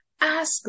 ask